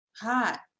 hot